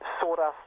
sawdust